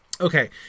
Okay